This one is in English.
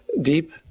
deep